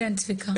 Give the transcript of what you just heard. כן צביקה?